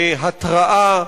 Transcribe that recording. בהתרעה,